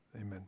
amen